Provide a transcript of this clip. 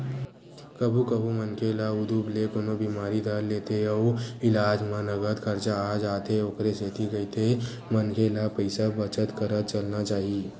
कभू कभू मनखे ल उदुप ले कोनो बिमारी धर लेथे अउ इलाज म नँगत खरचा आ जाथे ओखरे सेती कहिथे मनखे ल पइसा बचत करत चलना चाही